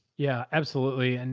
yeah, absolutely. and